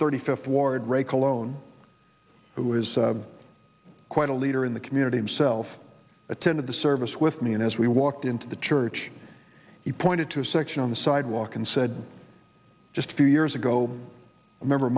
thirty fifth ward ray cologne who is quite a leader in the community himself attended the service with me and as we walked into the church he pointed to a section on the sidewalk and said just a few years ago remember